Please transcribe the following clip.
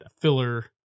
filler